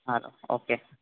હારું ઓકે